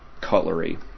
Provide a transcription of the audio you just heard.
cutlery